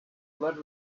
flood